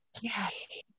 Yes